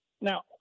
Now